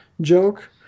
joke